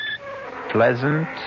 pleasant